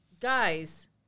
Guys